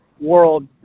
world